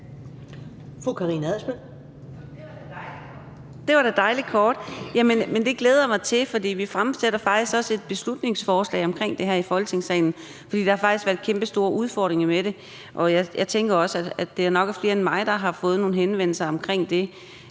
Det var da dejlig kort. Jamen det glæder jeg mig til, for vi fremsætter faktisk også et beslutningsforslag omkring det her i Folketingssalen. For der har faktisk været kæmpestore udfordringer med det, og jeg tænker også, at der nok er flere end mig, der har fået nogle henvendelser omkring det.